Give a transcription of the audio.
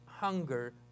hunger